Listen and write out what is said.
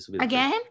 Again